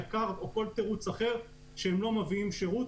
יקר או כל תירוץ אחר כך שהן לא מביאות שירות,